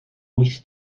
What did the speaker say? wyth